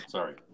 Sorry